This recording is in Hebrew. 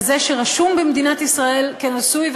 כזה שרשום במדינת ישראל כנשוי.